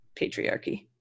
patriarchy